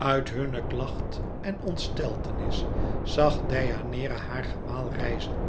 ùit hunne klacht en ontsteltenis zag deianeira haar gemaal rijzen